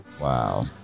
Wow